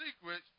secret